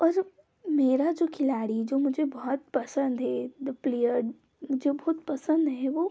और जो मेरा जो खिलाड़ी जो मुझे बहुत पसंद है जो प्लेयर मुझे बहुत पसंद है वो